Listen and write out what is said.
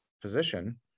position